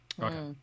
Okay